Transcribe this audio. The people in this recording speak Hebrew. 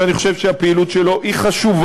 שאני חושב שהפעילות שלו חשובה,